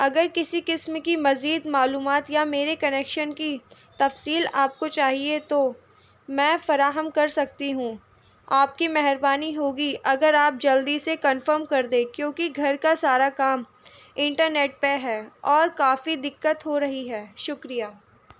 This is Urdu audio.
اگر کسی قسم کی مزید معلومات یا میرے کنیکشن کی تفصیل آپ کو چاہیے تو میں فراہم کر سکتی ہوں آپ کی مہربانی ہوگی اگر آپ جلدی سے کنفرم کر دیں کیونکہ گھر کا سارا کام انٹرنیٹ پہ ہے اور کافی دقت ہو رہی ہے شکریہ